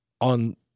on